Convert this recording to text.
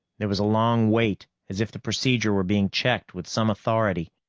there was a long wait, as if the procedure were being checked with some authority,